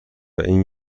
این